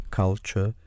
culture